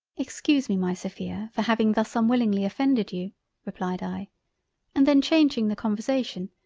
excuse me my sophia for having thus unwillingly offended you replied i and then changing the conversation,